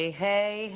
hey